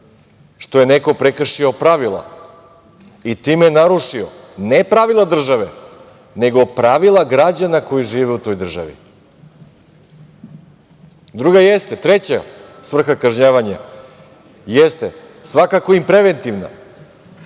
što je neko prekršio pravila i time narušio ne pravila države, nego pravila građana koji žive u toj državi. Treća svrha kažnjavanja jeste, svakako i preventivna,